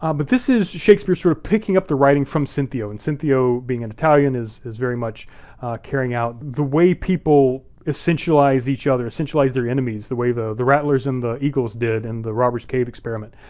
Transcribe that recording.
um but this is shakespeare sort of picking up the writing from cinthio and cinthio, being an italian, is is very much carrying out the way people essentialize each other, essentialize their enemies the way the the rattlers and the eagles did in the robbers cave experiment.